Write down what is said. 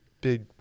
big